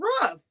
rough